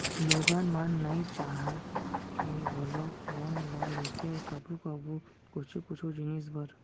लोगन मन नइ चाह के घलौ लोन ल लेथे कभू कभू कुछु कुछु जिनिस बर